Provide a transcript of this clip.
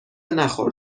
نخور